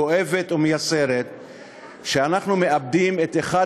כואבת ומייסרת שאנחנו מאבדים את אחד